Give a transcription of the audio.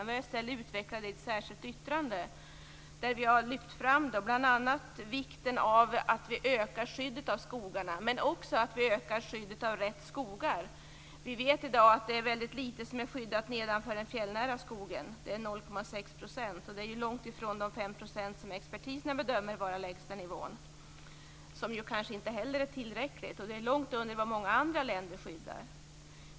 Vi har i stället utvecklat våra synpunkter i ett särskilt yttrande, där vi bl.a. har lyft fram vikten av att vi ökar skyddet av skogarna men också att vi ökar skyddet av rätt skogar. Vi vet i dag att det är väldigt litet som är skyddat nedanför den fjällnära skogen. Det är 0,6 %, vilket är långt ifrån de 5 % som expertisen bedömer vara den lägsta nivån, som ju kanske inte heller är tillräcklig. Det ligger långt under nivån i många andra länder.